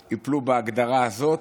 הן ייפלו בהגדרה הזאת,